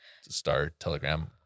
Star-Telegram